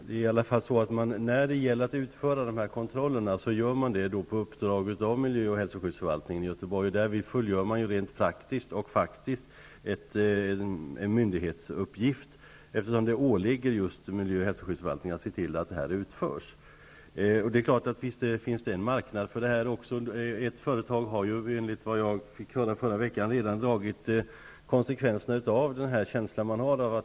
Herr talman! De här kontrollerna utförs på uppdrag av miljö och hälsoskyddsförvaltningen i Göteborg. Därvid fullgör man rent praktiskt och faktiskt en myndighetsuppgift, eftersom det åligger just miljö och hälsoskyddsförvaltningen att se till att kontrollerna utförs. Det klart att det finns en marknad. Enligt vad jag hörde förra veckan har ett företag redan dragit konsekvensen av den obehagskänsla man har.